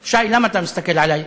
שי, למה אתה מסתכל עלי?